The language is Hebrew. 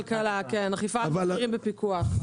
--- כלכלה, כן, אכיפת מחירים בפיקוח.